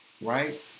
right